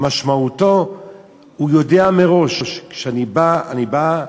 משמעותה שהוא יודע מראש: כשאני בא, אני בא,